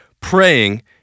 praying